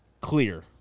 clear